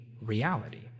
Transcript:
reality